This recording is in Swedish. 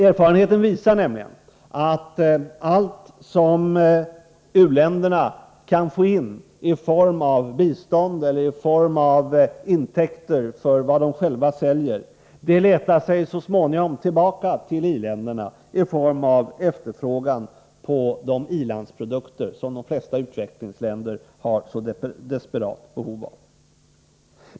Erfarenheten visar nämligen att allt som u-länderna kan få in i form av bistånd eller intäkter för vad de själva säljer så småningom letar sig tillbaka till i-länderna i form av efterfrågan på de i-landsprodukter som de flesta utvecklingsländer har ett så desperat behov av.